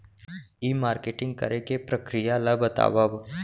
ई marketing करे के प्रक्रिया ला बतावव?